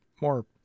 more